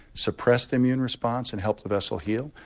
suppress the immune response and help the vessel heal.